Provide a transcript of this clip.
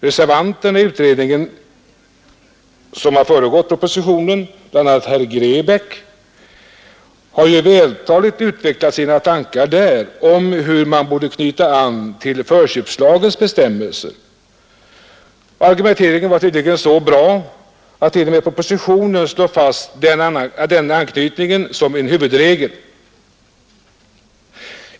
Reservanterna i den utredning som föregått propositionen — bl.a. herr Grebäck — har ju där vältaligt utvecklat sina tankar om hur man borde knyta an till förköpslagens bestämmelser. Argumenteringen var tydligen så bra att t.o.m. propositionen slår fast den anknytningen som en huvudregel.